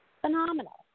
Phenomenal